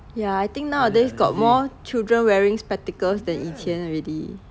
yeah I think nowadays got more children wearing spectacles than 以前 already